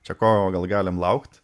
čia ko gal galim laukt